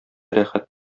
рәхәт